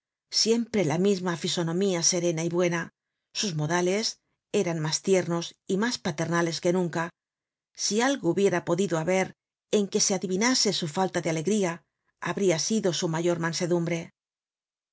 siempre la misma fisonomía serena y buena sus modales eran mas tiernos y mas paternales que nunca si algo hubiera podido haber en que se adivinase su falta de alegría habria sido su mayor mansedumbre